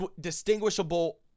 distinguishable